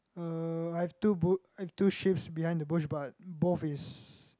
uh I have two book I have two shifts behind the bush but both is